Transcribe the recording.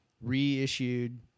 reissued